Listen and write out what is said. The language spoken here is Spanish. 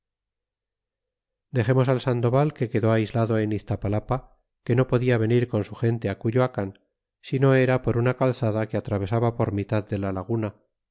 dexemos al sandoval que quedó aislado en iztapalapa que no podia venir con su gente cuyoacan sino era por una calzada que atravesaba por mitad de la laguna